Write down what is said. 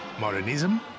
Modernism